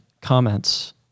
comments